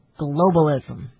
globalism